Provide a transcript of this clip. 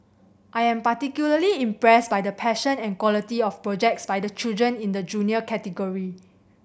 I am particularly impressed by the passion and quality of projects by the children in the Junior category